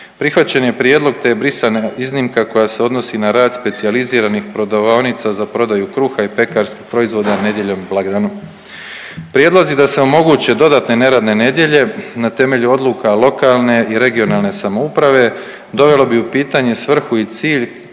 Prihvaćen je prijedlog te je brisana iznimka koja se odnosi na rad specijaliziranih prodavaonica za prodaju kruha i pekarskih proizvoda nedjeljom i blagdanom. Prijedlozi da se omoguće dodatne neradne nedjelje na temelju odluka lokalne i regionalne samouprave dovelo bi u pitanje svrhu i cilj